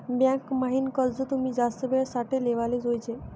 bank म्हाईन कर्ज तुमी जास्त येळ साठे लेवाले जोयजे